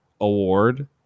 award